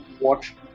watch